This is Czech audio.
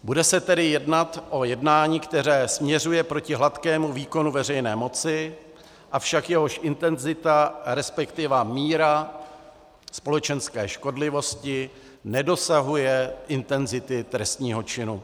Bude se tedy jednat o jednání, které směřuje proti hladkému výkonu veřejné moci, avšak jeho intenzita, resp. míra společenské škodlivosti, nedosahuje intenzity trestného činu.